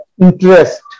interest